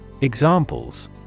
Examples